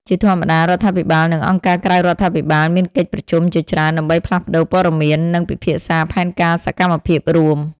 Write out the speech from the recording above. ជាធម្មតា រដ្ឋាភិបាល និងអង្គការក្រៅរដ្ឋាភិបាលមានកិច្ចប្រជុំជាប្រចាំដើម្បីផ្លាស់ប្តូរព័ត៌មាន និងពិភាក្សាផែនការសកម្មភាពរួម។